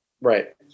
Right